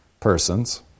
persons